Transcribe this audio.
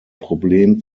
problem